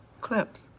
Clips